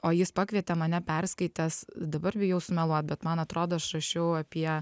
o jis pakvietė mane perskaitęs dabar bijau sumeluot bet man atrodo aš rašiau apie